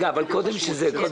באילת.